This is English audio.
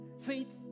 Faith